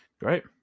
Great